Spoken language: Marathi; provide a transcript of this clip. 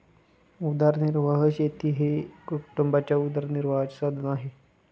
उदरनिर्वाह शेती हे कुटुंबाच्या उदरनिर्वाहाचे साधन आहे